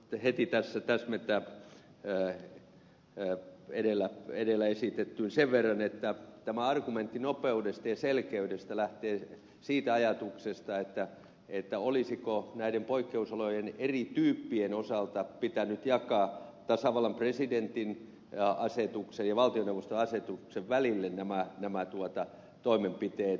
haluan tässä heti täsmentää edellä esitettyyn sen verran että tämä argumentti nopeudesta ja selkeydestä lähtee siitä ajatuksesta olisiko näiden poikkeusolojen eri tyyppien osalta pitänyt jakaa tasavallan presidentin asetuksen ja valtioneuvoston asetuksen välille nämä toimenpiteet